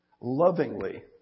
lovingly